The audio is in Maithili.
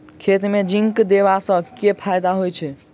खेत मे जिंक देबा सँ केँ फायदा होइ छैय?